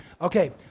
Okay